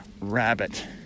Rabbit